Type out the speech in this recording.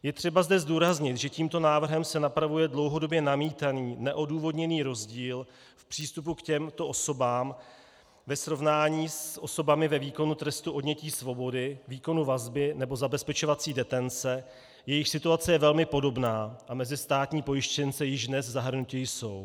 Je třeba zde zdůraznit, že tímto návrhem se napravuje dlouhodobě namítaný neodůvodněný rozdíl v přístupu k těmto osobám ve srovnání s osobami ve výkonu trestu odnětí svobody, výkonu vazby nebo zabezpečovací detence, jejichž situace je velmi podobná a mezi státní pojištěnce již dnes zahrnuti jsou.